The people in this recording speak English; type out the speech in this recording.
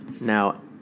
now